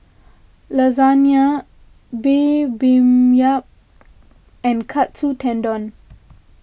Lasagne Bibimbap and Katsu Tendon